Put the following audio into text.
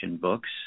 books